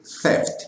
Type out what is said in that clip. theft